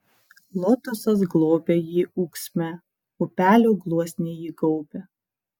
lotosas globia jį ūksme upelio gluosniai jį gaubia